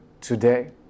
today